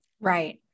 Right